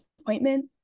appointment